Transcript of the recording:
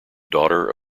daughter